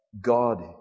God